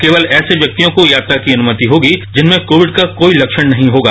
केवल ऐसे व्यक्तियों को यात्रा की अनुमति होगी जिनमें कोविड का कोई लक्षण नही होगा